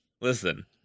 Listen